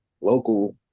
local